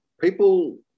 people